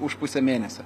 už pusę mėnesio